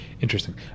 interesting